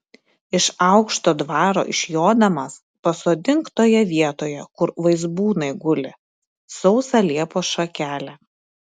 iš aukšto dvaro išjodamas pasodink toje vietoje kur vaizbūnai guli sausą liepos šakelę